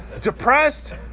depressed